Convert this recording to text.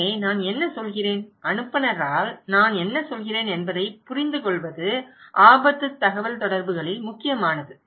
எனவே நான் என்ன சொல்கிறேன் அனுப்புநரால் நான் என்ன சொல்கிறேன் என்பதை புரிந்துகொள்வது ஆபத்து தகவல்தொடர்புகளில் முக்கியமானது